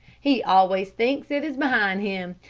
he always thinks it is behind him.